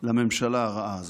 של הממשלה הרעה הזאת.